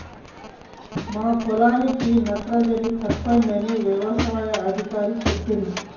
మా పొలానికి నత్రజని తక్కువైందని యవసాయ అధికారి చెప్పిండు